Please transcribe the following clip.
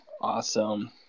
awesome